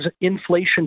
inflation